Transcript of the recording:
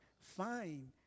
fine